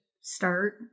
start